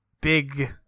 big